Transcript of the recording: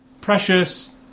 Precious